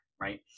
right